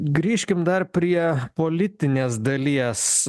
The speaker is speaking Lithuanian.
grįžkim dar prie politinės dalies